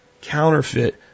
counterfeit